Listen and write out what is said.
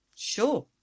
Sure